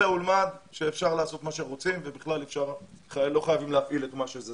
צא ולמד שאפשר לעשות מה שרוצים ובכלל לא חייבים להפעיל את מה שזה.